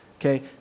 okay